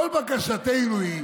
כל בקשתנו היא